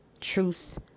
truth